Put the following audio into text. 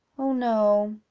oh, no!